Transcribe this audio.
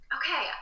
okay